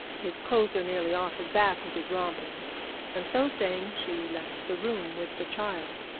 his clothes are nearly off his back with his romping and so saying she left the room with the child.